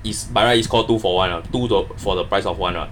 is by right it's called two for one ah two to the for the price of one ah